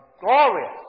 glorious